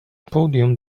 podium